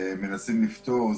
מנסים לפתור.